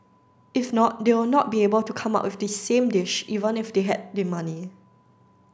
if not they'll not be able to come up with the same dish even if they had the money